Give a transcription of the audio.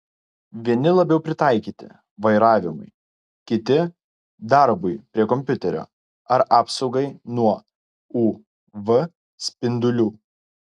vieni labiau pritaikyti vairavimui kiti darbui prie kompiuterio ar apsaugai nuo uv spindulių